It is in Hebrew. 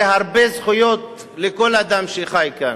זה הרבה זכויות לכל אדם שחי כאן.